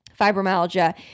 fibromyalgia